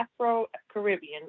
Afro-Caribbean